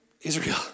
Israel